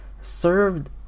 served